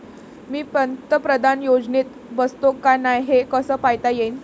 मी पंतप्रधान योजनेत बसतो का नाय, हे कस पायता येईन?